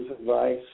advice